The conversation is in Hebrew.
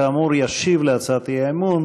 כאמור, ישיב על הצעת האי-אמון